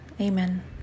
Amen